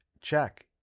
check